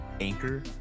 Anchor